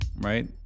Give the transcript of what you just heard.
right